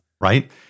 Right